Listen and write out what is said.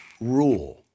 rule